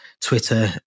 Twitter